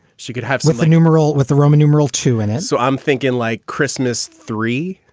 she could have slipped the numeral with the roman numeral two in it. so i'm thinking like christmas three,